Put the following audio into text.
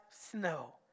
snow